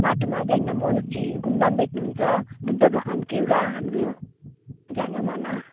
बाटोमा त्यहाँनिर मोनेस्ट्रि गुम्बा पनि भेट्नु हुन्छ बुद्ध भगवानको हाम्रो एउटा हाम्रो जाना माना